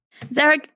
zarek